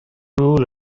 rule